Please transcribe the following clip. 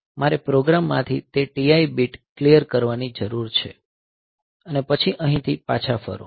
તેથી મારે પ્રોગ્રામ માંથી તે TI બીટ ક્લિયર કરવાની જરૂર છે અને પછી અહીંથી પાછા ફરો